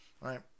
Right